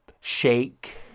shake